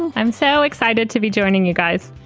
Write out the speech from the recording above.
and i'm so excited to be joining you guys.